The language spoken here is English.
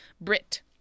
Brit